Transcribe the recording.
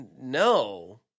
No